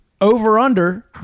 over-under